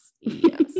Yes